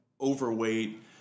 overweight